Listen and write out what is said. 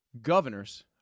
Governor's